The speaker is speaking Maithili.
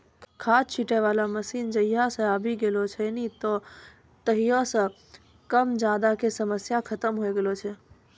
खाद छीटै वाला मशीन जहिया सॅ आबी गेलै नी हो तहिया सॅ कम ज्यादा के समस्या खतम होय गेलै